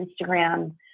Instagram